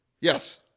Yes